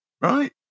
right